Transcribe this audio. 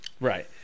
Right